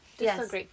Yes